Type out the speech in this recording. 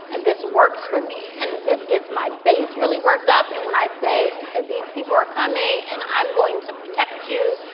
and this works for me. and this gets my base really worked up. and when i say that these people are coming, and i'm going to protect you,